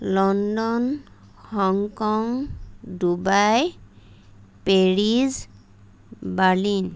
London Hong Kong Dubai Paris Berlin